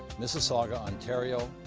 mississauga, ontario,